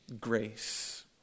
grace